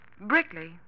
Brickley